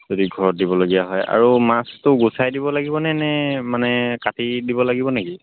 যদি ঘৰত দিবলগীয়া হয় আৰু মাছটো গুচাই দিব লাগিবনে নে মানে কাটি দিব লাগিব নেকি